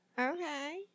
Okay